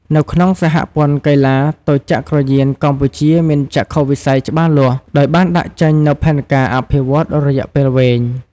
នៅក្នុងសហព័ន្ធកីឡាទោចក្រយានកម្ពុជាមានចក្ខុវិស័យច្បាស់លាស់ ដោយបានដាក់ចេញនូវផែនការអភិវឌ្ឍន៍រយៈពេលវែង។